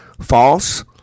False